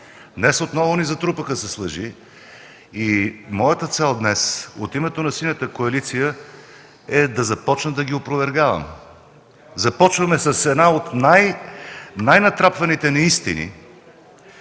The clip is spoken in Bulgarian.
Днес отново ни затрупаха с лъжи и моята цел днес, от името на Синята коалиция, е да започна да ги опровергавам. Започваме с една от най-натрапваните неистини,